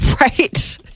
Right